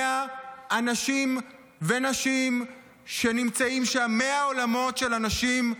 100 אנשים ונשים שנמצאים שם, 100 עולמות של אנשים.